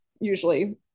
usually